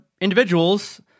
individuals